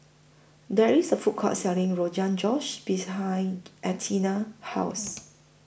There IS A Food Court Selling Rogan Josh behind Athena's House